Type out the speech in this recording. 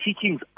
teachings